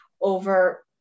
over